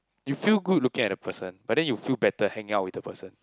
you feel good looking at the person but then you feel better hanging out with the person